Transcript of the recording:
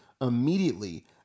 immediately